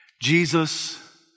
Jesus